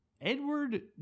Edward